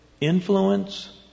influence